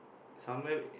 somewhere